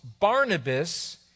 Barnabas